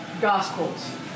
gospels